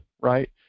right